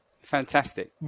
Fantastic